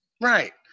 Right